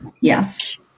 Yes